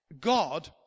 God